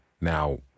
Now